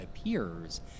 appears